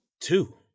Two